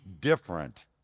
different